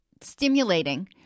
stimulating